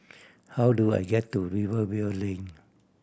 how do I get to Rivervale Lane